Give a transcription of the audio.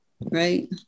right